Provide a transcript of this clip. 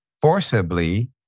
forcibly